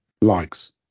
Likes